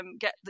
get